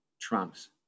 Trump's